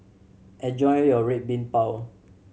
enjoy your Red Bean Bao